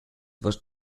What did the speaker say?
was